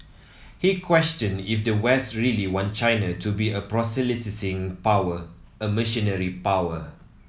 he questioned if the west really want China to be a proselytising power a missionary power